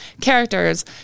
characters